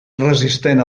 resistent